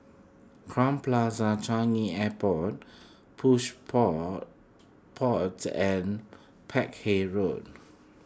Crowne Plaza Changi Airport Plush poor Pods and Peck Hay Road